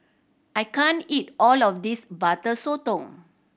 I can't eat all of this Butter Sotong